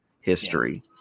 history